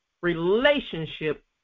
relationship